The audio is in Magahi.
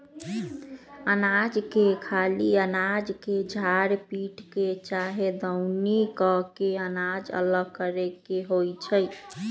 अनाज के खाली अनाज के झार पीट के चाहे दउनी क के अनाज अलग करे के होइ छइ